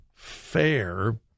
fair